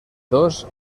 dos